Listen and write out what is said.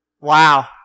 Wow